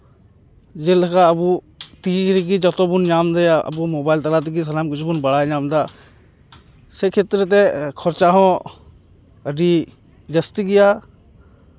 ᱡᱮᱞᱮᱠᱟ ᱟᱵᱚ ᱛᱤ ᱨᱮᱜᱮ ᱡᱚᱛᱚ ᱵᱚᱱ ᱧᱟᱢᱫᱟ ᱟᱵᱚ ᱢᱳᱵᱟᱭᱤᱞ ᱛᱟᱞᱟ ᱛᱮᱜᱮ ᱥᱟᱱᱟᱢ ᱡᱤᱱᱤᱥ ᱵᱚᱱ ᱵᱟᱲᱟᱭ ᱧᱟᱢᱫᱟ ᱥᱮ ᱠᱷᱮᱛᱨᱮ ᱛᱮ ᱠᱷᱚᱨᱪᱟ ᱦᱚᱸ ᱟᱹᱰᱤ ᱡᱟᱹᱥᱛᱤ ᱜᱮᱭᱟ